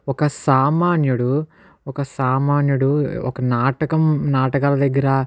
ఒక సామాన్యుడు ఒక సామాన్యుడు ఒక నాటకం నాటకాల దగ్గర